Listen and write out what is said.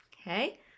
Okay